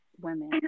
women